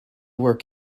work